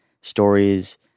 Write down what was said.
stories